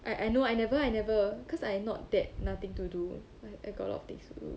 I I know I never I never cause I not that nothing to do like I got a lot of things to do